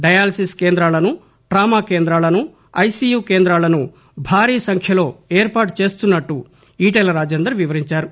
dialysis కేందాలను trauma కేందాలను ICU కేందాలను భారీ సంఖ్యలో ఏర్పాటు చేస్తున్నట్లు ఈటెల రాజేందర్ వివరించారు